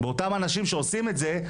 באותם אנשים שעושים את זה,